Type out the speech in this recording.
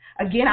Again